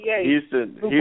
Houston